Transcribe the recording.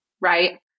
right